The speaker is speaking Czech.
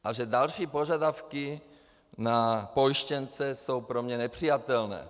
A že další požadavky na pojištěnce jsou pro mě nepřijatelné.